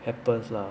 happens lah